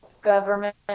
government